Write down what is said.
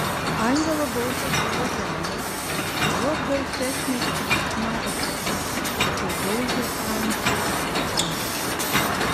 angelo balsas buvo žemas vos garsesnis už šnabždesį tačiau daužė francį lyg kumščiai